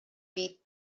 beat